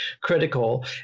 critical